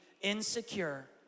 insecure